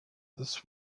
this